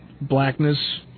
blackness